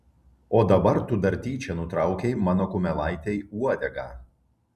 o dabar tu dar tyčia nutraukei mano kumelaitei uodegą